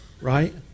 right